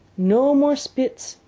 no more spitz,